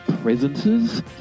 presences